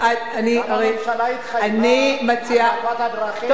הממשלה התחייבה על מפת הדרכים, לפנות, טוב.